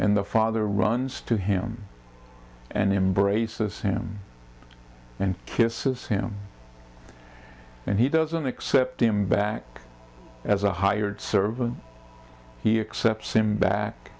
and the father runs to him and embrace him and kisses him and he doesn't accept him back as a hired servant he accepted him back